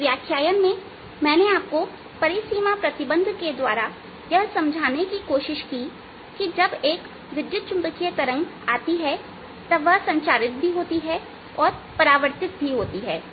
इस व्याख्यान में मैंने आपको परिसीमा प्रतिबंध के द्वारा यह समझाने की कोशिश की हैं कि जब एक विद्युत चुंबकीय तरंग आती है तब वह संचारित भी होती है और परावर्तित भी होती है